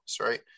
right